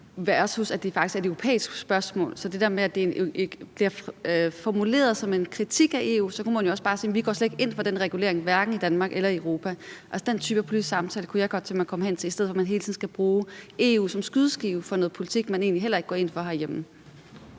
versus at det faktisk er et europæisk spørgsmål. Så i stedet for det der med, at det bliver formuleret som en kritik af EU, kunne man jo også bare sige: Vi går slet ikke ind for den regulering, hverken i Danmark eller i Europa. Altså, den type politisk samtale kunne jeg godt tænke mig at komme hen til, i stedet for at man hele tiden skal bruge EU som skydeskive i forhold til noget politik, man egentlig heller ikke går ind for herhjemme.